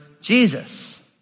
Jesus